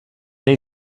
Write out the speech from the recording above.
they